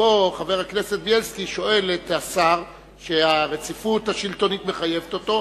שבהן חבר הכנסת בילסקי שואל את השר שהרציפות השלטונית מחייבת אותו